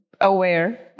aware